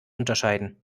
unterscheiden